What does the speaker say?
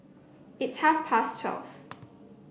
it's half past twelve